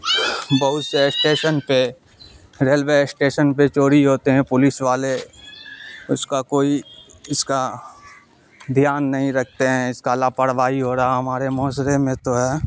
بہت سے اسٹیشن پہ ریلوے اسٹیشن پہ چوری ہوتے ہیں پولیس والے اس کا کوئی اس کا دھیان نہیں رکھتے ہیں اس کا لاپرواہی ہو رہا ہمارے معاشرے میں تو